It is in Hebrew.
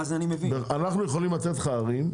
אנחנו יכולים לך ערים,